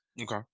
okay